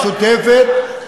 על המשותפת,